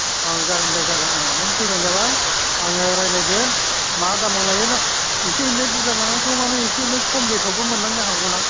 ओं जागोन दे जागोन नों फैब्लानो जाबाय आङो रायज्लायगोन मा दामआव लायो नों एसे एनै बुरजा लांनायथ' माने एसे एनै खम बेसावबो मोनलांनो हागौना